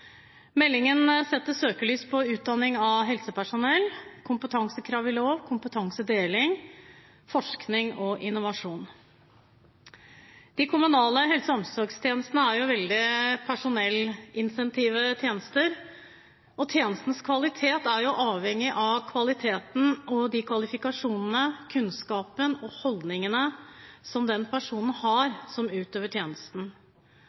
Meldingen setter søkelys på utdanning av helsepersonell, kompetansekrav i lov, kompetansedeling, forskning og innovasjon. De kommunale helse- og omsorgstjenestene er veldig personellintensive tjenester, og tjenestens kvalitet er avhengig av kvaliteten og de kvalifikasjonene, kunnskapen og holdningene som den personen som utøver tjenesten,